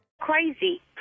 Crazy